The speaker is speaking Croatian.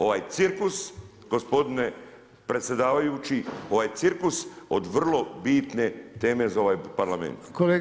Ovaj cirkus, gospodine predsjedavajući, ovaj cirkus od vrlo bitne teme za ovaj parlament.